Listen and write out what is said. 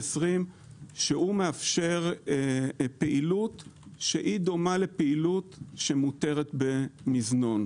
שמאפשר פעילות שדומה לזו שמותרת במזנון.